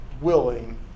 willing